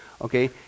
Okay